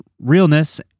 realness